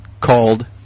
called